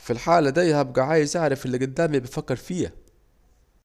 في الحالة دي هبجى عايز اعرف الي جدامي بيفكر فييه